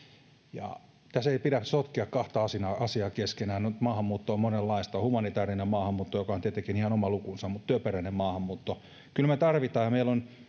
tässä ei pidä sotkea kahta asiaa asiaa keskenään maahanmuuttoa on monenlaista on humanitäärinen maahanmuutto joka on tietenkin ihan oma lukunsa mutta sitten on työperäinen maahanmuutto kyllä me sitä tarvitsemme ja meillä on vielä